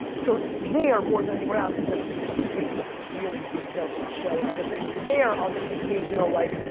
so there more than anywhere else because fucking facebook is really detailed with the show and other things, there i'll get the occasional like,